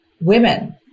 women